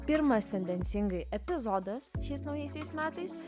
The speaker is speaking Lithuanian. pirmas tendencingai epizodas šiais naujaisiais metais